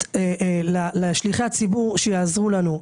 האמיתית לשליחי הציבור כדי שיעזרו לנו".